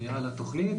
התוכנית,